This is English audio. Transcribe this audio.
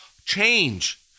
Change